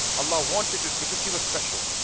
allah wanted it because she was special.